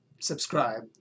subscribe